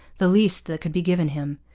the least that could be given him.